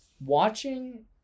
Watching